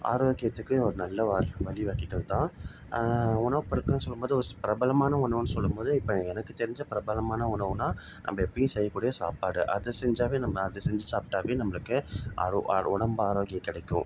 ஆரோக்கியத்துக்கு ஒரு நல்ல வழி வழி வகுத்தல் தான் உணவு ப்பொருட்கள்னு சொல்லும்போது ஒரு பிரபலமான உணவுனு சொல்லும்போது இப்போ எனக்கு தெரிஞ்ச பிரபலமான உணவுன்னால் நம்ம எப்போயும் செய்யக்கூடிய சாப்பாடு அது செஞ்சாவே நம்ம அது செஞ்சு சாப்பிட்டாவே நம்மளுக்கு ஆரோ ஆரோ உடம்பு ஆரோக்கியம் கிடைக்கும்